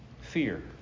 fear